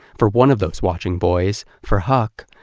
for one of those watching boys, for huck,